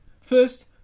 First